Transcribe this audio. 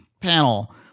panel